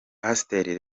pasteri